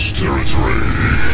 territory